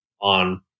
on